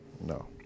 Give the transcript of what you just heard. No